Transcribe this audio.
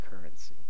currency